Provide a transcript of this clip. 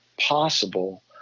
possible